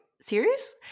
serious